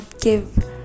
give